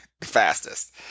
fastest